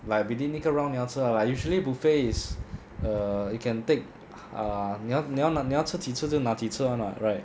like within 一个 round 你要吃 ah like usually buffets is err you can take err 你要你要你要吃几次就拿几次 [one] [what] right